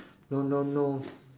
no no no